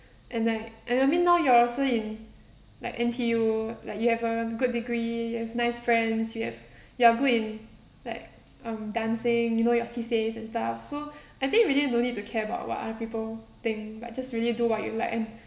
and like I I mean now you are also in like N_T_U like you have a good degree you have nice friends you have you are good in like um dancing you know your C_C_As and stuff so I think really no need to care what other people think but just really do what you like and